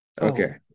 Okay